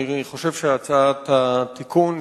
אני חושב שהצעת התיקון,